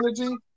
energy